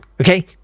Okay